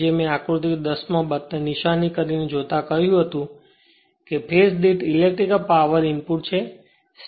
જે મેં આકૃતિ 10 માં નિશાનીને જોતાં કહ્યું હતું કે ફેજ દીઠ ઇલેક્ટ્રિકલ પાવર ઇનપુટ છે